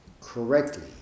correctly